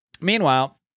Meanwhile